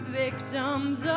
victims